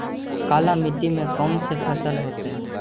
काला मिट्टी में कौन से फसल होतै?